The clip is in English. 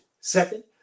Second